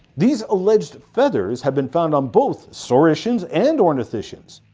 these alleged feathers have been found on both saurischians and ornithischians,